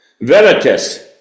veritas